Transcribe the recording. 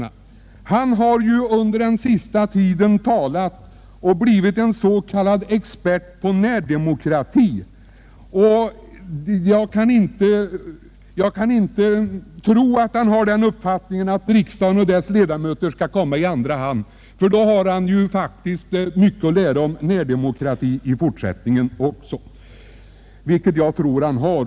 Herr Ahlmark har ju under senaste tiden uppträtt flitigt som talare och blivit ”expert” på närdemokrati. Jag kan därför inte tro att han har den uppfattningen att riksdagens ledamöter skall komma i andra hand. Om så vore har herr Ahlmark ännu mycket att lära om närdemokrati — vilket jag för all del tror att han har.